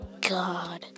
God